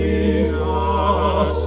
Jesus